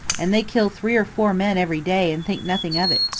and they kill three or four men every day and think nothing of it.